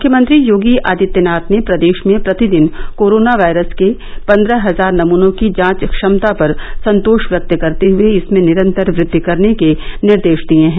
मुख्यमंत्री योगी आदित्यनाथ ने प्रदेश में प्रतिदिन कोरोना वायरस के पंद्रह हजार नमूनों की जांच क्षमता पर संतोष व्यक्त करते हए इसमें निरन्तर वृद्वि करने के निर्देश दिए हैं